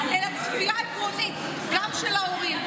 אלא צפייה עקרונית גם של ההורים,